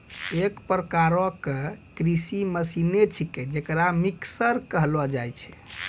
एक प्रकार क कृषि मसीने छिकै जेकरा मिक्सर कहलो जाय छै